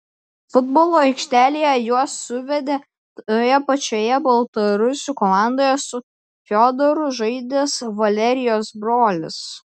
futbolo aikštelėje juos suvedė toje pačioje baltarusių komandoje su fiodoru žaidęs valerijos brolis